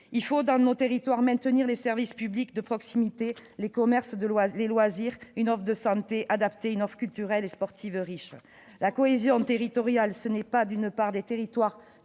dans nos territoires les services publics de proximité, les commerces, les loisirs, une offre de santé adaptée et une offre culturelle et sportive riche. La cohésion territoriale, ce n'est pas, d'une part, des territoires